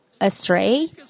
astray